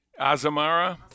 Azamara